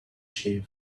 shave